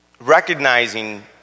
recognizing